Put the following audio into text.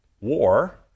war